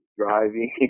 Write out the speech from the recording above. driving